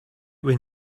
when